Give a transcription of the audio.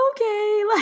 okay